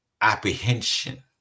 apprehension